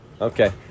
Okay